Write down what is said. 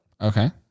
Okay